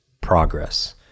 progress